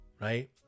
right